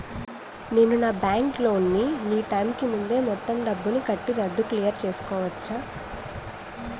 నేను నా bank loan నీ టైం కీ ముందే మొత్తం డబ్బుని కట్టి రద్దు క్లియర్ చేసుకోవచ్చా?